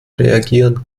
reagieren